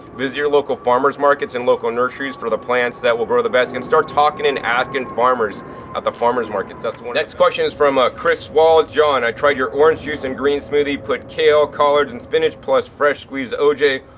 visit your local farmers markets and local nurseries for the plants that will grow the best, and start talking and asking farmers at the farmers markets. next question is from ah chris wall. john, i tried your orange juice and green smoothie, put kale, collards and spinach plus fresh squeezed oj.